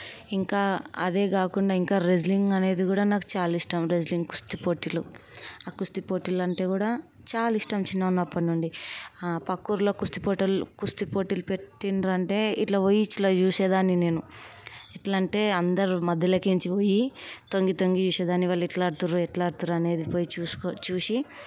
ఇంకా అదే కాకుండా ఇంకా రేస్లింగ్ అనేది కూడా నాకు చాలా ఇష్టం రెస్లింగ్ కుస్తీ పోటీలు ఆ కుస్తీ పోటీలు అంటే కూడా చాలా ఇష్టం చిన్నగా ఉన్నప్పుడు నుండి పక్క ఊళ్ళలో కుస్తీ పోటీలు కుస్తీ పోటీలు పెట్టిండ్రు అంటే ఇట్ల పోయి ఇట్లా చూసే దాన్ని నేను ఎట్లా అంటే అందరి మధ్యలోకించి పోయి తొంగి తొంగి చూసేదాన్ని వాళ్ళు ఎట్లా ఆడుతుండ్రు ఎట్లా ఆడుతుండ్రు పోయి చూసుకో చూసి